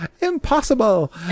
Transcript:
Impossible